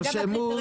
תרשמו את השאלות.